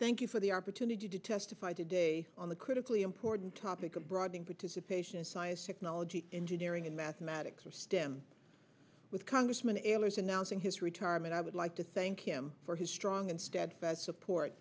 thank you for the opportunity to testify today on the critically important topic of broadening participation in science technology engineering and mathematics or stem with congressman errors announcing his retirement i would like to thank him for his strong and steadfast support